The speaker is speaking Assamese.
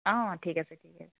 অঁ ঠিক আছে ঠিক আছে